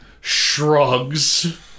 shrugs